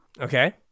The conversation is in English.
Okay